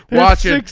watch it.